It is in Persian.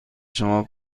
شما